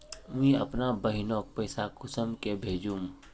मुई अपना बहिनोक पैसा कुंसम के भेजुम?